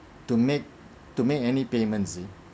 to make to make any payment you see